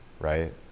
right